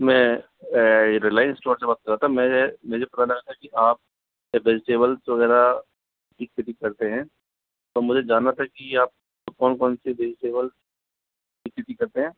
मैं रिलायंस स्टोर से बात कर रहा था मैं ये मुझे पता लगा था कि आप भेजिटेबल्स वगैरह की खेती करते हैं तो मुझे जानना था कि आप कौन कौन सी भेजिटेबल्स की खेती करते हैं